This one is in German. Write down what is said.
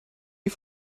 die